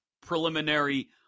preliminary